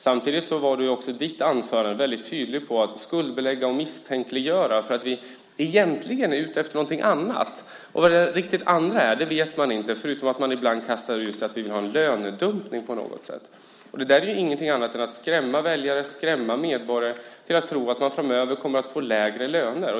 Samtidigt var du ju i ditt anförande tydlig med att skuldbelägga och misstänkliggöra oss för att egentligen vara ute efter något annat. Vad det där andra är vet man inte, förutom att man ibland kastar ur sig att vi vill ha en lönedumpning på något sätt. Det är ju inget annat än att skrämma väljare och skrämma medborgare att tro att man framöver kommer att få lägre löner.